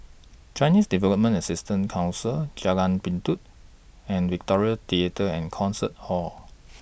Chinese Development Assistance Council Jalan Pintau and Victoria Theatre and Concert Hall